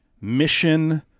mission